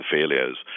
failures